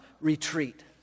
retreat